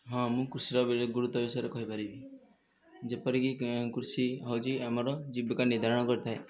ହଁ ମୁଁ କୃଷିର ଗୁରୁତ୍ୱ ବିଷୟରେ କହିପାରିବି ଯେପରିକି କୃଷି ହେଉଛି ଆମର ଜୀବିକା ନିର୍ଦ୍ଧାରଣ କରିଥାଏ